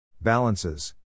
balances